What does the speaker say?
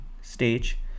stage